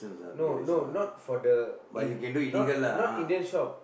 no no not for the In~ not not Indian shop